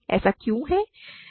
ऐसा क्यों है